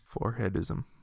Foreheadism